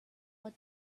but